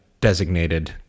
designated